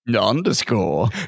Underscore